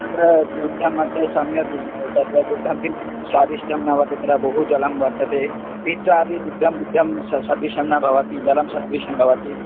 अत्र दुग्धस्य मध्ये सम्यक् तत्र दुग्धं किं स्वादिष्टं नाम तत्र बहु जलं वर्तते पीत्रादि दुग्धं दुग्धं स सदृशं न भवति जलस्य सदृशं भवति